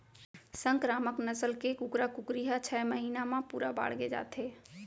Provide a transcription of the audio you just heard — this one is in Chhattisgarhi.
संकरामक नसल के कुकरा कुकरी ह छय महिना म पूरा बाड़गे जाथे